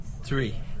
Three